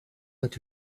that